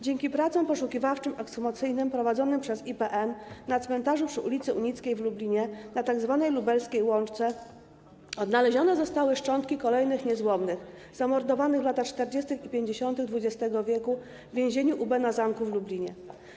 Dzięki pracom poszukiwawczo-ekshumacyjnym prowadzonym przez IPN na cmentarzu przy ul. Unickiej w Lublinie, na tzw. lubelskiej Łączce, odnalezione zostały szczątki kolejnych niezłomnych zamordowanych w latach 40. i 50. XX w. w więzieniu UB na zamku w Lublinie.